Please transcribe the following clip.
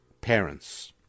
parents